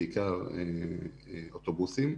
בעיקר אוטובוסים.